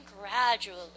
gradually